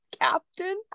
captain